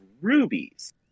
Rubies